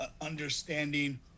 understanding